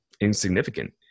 insignificant